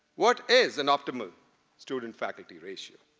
what is an optimal student-faculty ratio?